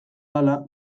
ahala